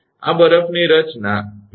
આ બરફની રચના વિના જ છે